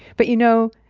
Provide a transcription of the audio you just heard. but you know,